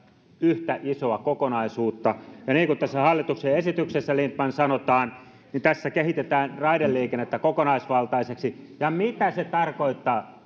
yhtä isoa kokonaisuutta ja niin kuin tässä hallituksen esityksessä lindtman sanotaan tässä kehitetään raideliikennettä kokonaisvaltaiseksi ja mitä se tarkoittaa